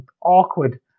awkward